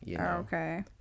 Okay